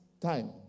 time